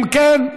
אני מוותרת.